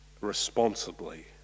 responsibly